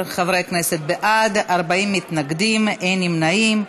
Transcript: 11 חברי כנסת בעד, 40 מתנגדים, אין נמנעים.